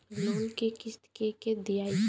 Loan क किस्त के के दियाई?